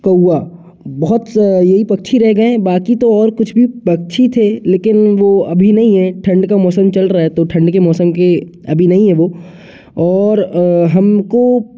कौआ बहुत यही पक्षी रह गए हैं बाकि तो और कुछ भी पक्षी थे लेकिन वो अभी नहीं हैं ठण्ड का मौसम चल रहा है तो ठण्ड के मौसम के अभी नहीं हैं वो और हम को